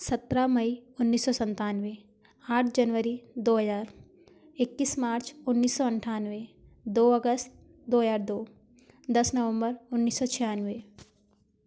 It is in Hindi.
सत्रह मई उन्नीस सौ संतानवे आठ जनवरी दो हज़ार इक्कीस मार्च उन्नीस सौ अंठानवे दो अगस्त दो हज़ार दो दस नवंबर उन्नीस सौ छियानवे